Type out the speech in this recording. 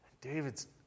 David's